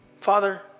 Father